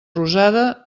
rosada